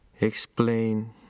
explain